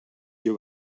you